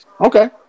Okay